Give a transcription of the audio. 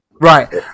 right